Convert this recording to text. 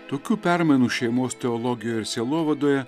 tokių permainų šeimos teologijoje ir sielovadoje